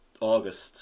august